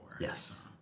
Yes